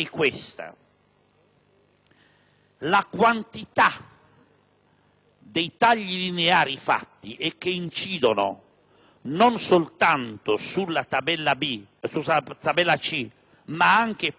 la quantità dei tagli lineari fatti, che incidono non soltanto sulla tabella C, ma anche, ad esempio,